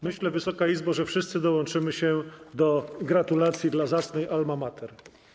Myślę, Wysoka Izbo, że wszyscy dołączymy się do gratulacji dla zacnej Alma Mater.